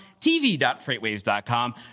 tv.freightwaves.com